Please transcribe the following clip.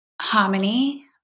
harmony